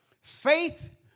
Faith